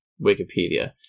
Wikipedia